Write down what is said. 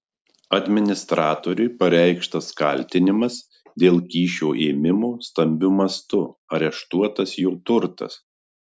administratoriui pareikštas kaltinimas dėl kyšio ėmimo stambiu mastu areštuotas jo turtas